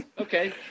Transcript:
okay